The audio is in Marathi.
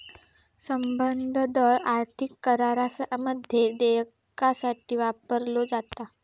संदर्भ दर आर्थिक करारामध्ये देयकासाठी वापरलो जाता